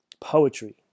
poetry